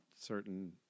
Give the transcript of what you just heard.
certain